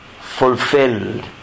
fulfilled